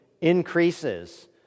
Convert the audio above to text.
increases